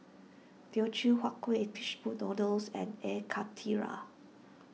Teochew Huat Kueh Fishball Noodles and Air Karthira